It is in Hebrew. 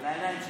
על העיניים שלי.